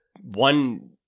One